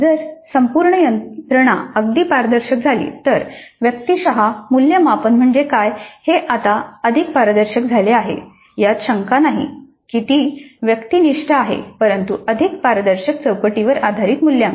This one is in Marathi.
जर संपूर्ण यंत्रणा अधिक पारदर्शक झाली तर व्यक्तिशः मूल्यमापन म्हणजे काय हे आता अधिक पारदर्शक झाले आहे यात शंका नाही की ती व्यक्तिनिष्ठ आहे परंतु अधिक पारदर्शक चौकटीवर आधारित मूल्यांकन